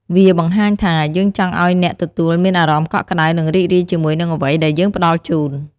វាបង្ហាញថា យើងចង់ឱ្យអ្នកទទួលមានអារម្មណ៍កក់ក្តៅ និងរីករាយជាមួយនឹងអ្វីដែលយើងផ្តល់ជូន។